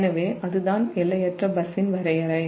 எனவே அதுதான் எல்லையற்ற பஸ்ஸின் வரையறை